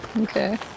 Okay